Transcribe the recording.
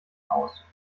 aus